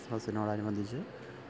ക്രിസ്ത്മസിനോട് അനുബന്ധിച്ച്